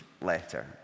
letter